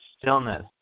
stillness